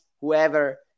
whoever